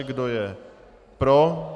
Kdo je pro?